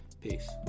Peace